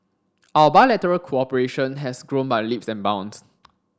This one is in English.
our bilateral cooperation has grown by leaps and bounds